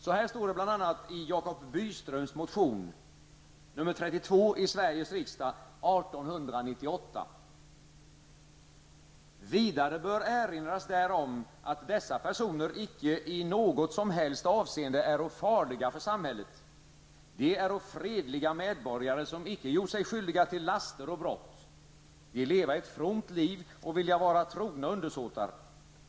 Så här står det bl.a. i Jacob Byströms motion -- nr 32 i Sveriges riksdag 1898: ''Vidare bör erinras derom, att dessa personer icke i något som helst afseende äro farliga för samhället. De äro fredliga medborgare, som icke gjort sig skyldiga till laster och brott. De lefva ett fromt lif och vilja vara trogna undersåtar.